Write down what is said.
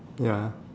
ya